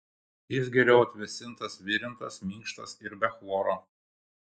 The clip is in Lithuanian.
jis geriau atvėsintas virintas minkštas ir be chloro